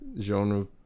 genre